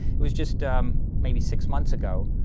it was just um maybe six months ago,